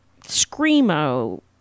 screamo